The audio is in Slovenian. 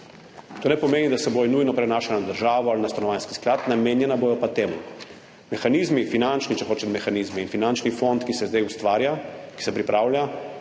To ne pomeni, da se bodo nujno prenašala na državo ali na Stanovanjski sklad, namenjena pa bodo temu. Finančni mehanizmi in finančni fond, ki se zdaj ustvarja, ki se pripravlja,